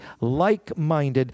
like-minded